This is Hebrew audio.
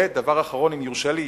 ודבר אחרון, אם יורשה לי.